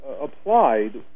applied